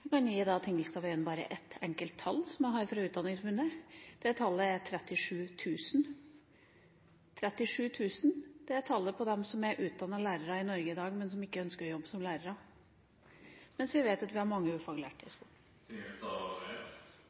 Jeg kan gi Tingelstad Wøien ett enkelt tall, som jeg har fra Utdanningsforbundet: Det tallet er 37 000. 37 000 er tallet på dem som er utdannede lærere i Norge i dag, men som ikke ønsker å jobbe som lærere. Samtidig vet vi at vi har mange ufaglærte i